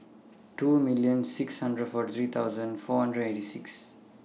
two million six hundred forty three thousand four hundred and eighty six